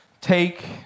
Take